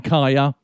Kaya